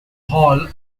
hall